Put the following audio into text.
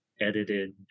edited